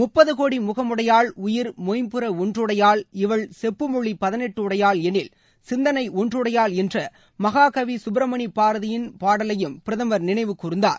முப்பது கோடி முகமுடையாள் உயிர் மொய்ம்புற ஒன்றுடையாள் இவள் செப்பு மொழி பதினெட்டுடையாள் எனில் சிந்தளை ஒன்றுடையாள் என்ற மகாகவி கப்ரமணி பாரதியின் பாடலையும் பிரதமர் நினைவு கூர்ந்தார்